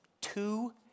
two